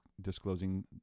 disclosing